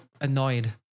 annoyed